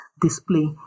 display